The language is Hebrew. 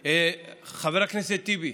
חבר הכנסת טיבי,